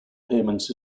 payments